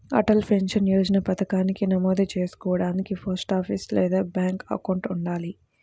Atal pension Yojana పథకానికి నమోదు చేసుకోడానికి పోస్టాఫీస్ లేదా బ్యాంక్ అకౌంట్ ఉండాలి